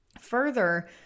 Further